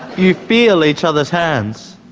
you feel each others' hands.